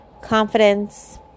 confidence